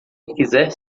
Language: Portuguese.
quiser